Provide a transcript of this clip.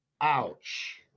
Ouch